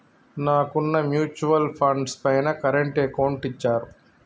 నాకున్న mutual funds పైన current account ఇచ్చారు